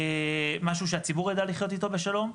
משהו שהציבור יוכל לחיות איתו בשלום.